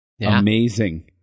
Amazing